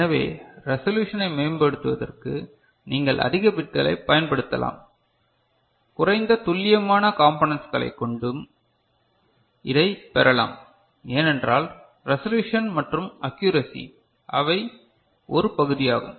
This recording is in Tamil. எனவே ரெசல்யூசன் ஐ மேம்படுத்துவதற்கு நீங்கள் அதிக பிட்களைப் பயன்படுத்தலாம் குறைந்த துல்லியமான காம்பநண்ட்ஸ்களை கொண்டும் இதைப் பெறலாம் ஏனென்றால் ரெசல்யூசன் மற்றும் ஆக்குரசி அவை ஒரு பகுதியாகும்